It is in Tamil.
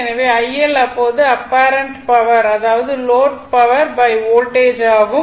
எனவே IL என்பது அப்பேரெண்ட் பவர் அதாவது லோட் வோல்ட்டேஜ் ஆகும்